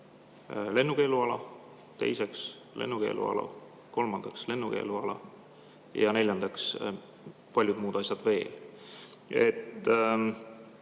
lennukeeluala; teiseks, lennukeeluala; kolmandaks, lennukeeluala; ja neljandaks, paljud muud asjad veel.